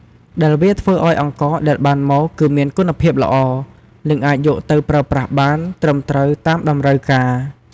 ដែលវាធ្វើឱ្យអង្ករដែលបានមកគឺមានគុណភាពល្អ និងអាចយកទៅប្រើប្រាស់បានត្រឹមត្រូវតាមតម្រូវការ។